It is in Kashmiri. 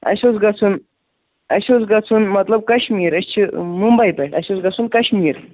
اَسہِ اوس گژھُن اَسہِ اوس گژھُن مطلب کَشمیٖر أسۍ چھِ مُمبی پٮ۪ٹھ اَسہِ اوس گژھُن کَشمیٖر